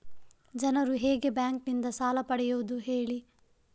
ಜನರು ಹೇಗೆ ಬ್ಯಾಂಕ್ ನಿಂದ ಸಾಲ ಪಡೆಯೋದು ಹೇಳಿ